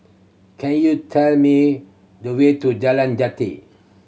can you tell me the way to Jalan Jati